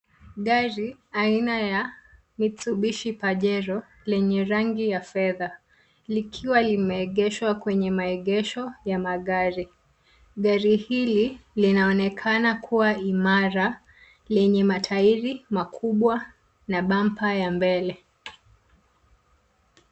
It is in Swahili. Gari aina ya Mitsubshi Pajero, lenye rangi ya fedha likiwa limeegeshwa kwenye maegesho ya magari. Gari hili linaonekan kuwa imara lenye mataeri makubwa na pamba ya mbele.